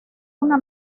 una